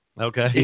Okay